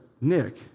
Nick